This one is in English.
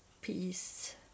peace